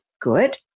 good